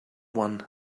one